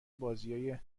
بازیای